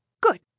Good